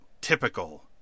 typical